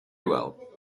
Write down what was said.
well